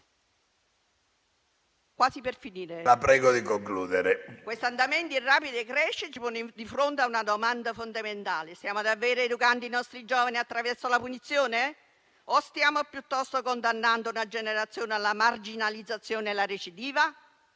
senatrice. ALOISIO *(M5S)*. Questo andamento in rapida crescita ci pone di fronte a una domanda fondamentale: stiamo davvero educando i nostri giovani attraverso la punizione o stiamo piuttosto condannando una generazione alla marginalizzazione e alla recidiva?